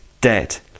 dead